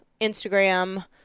Instagram